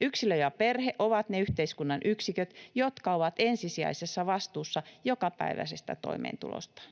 Yksilö ja perhe ovat ne yhteiskunnan yksiköt, jotka ovat ensisijaisessa vastuussa jokapäiväisestä toimeentulostaan.